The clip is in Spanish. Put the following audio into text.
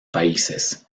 países